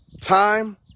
time